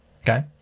Okay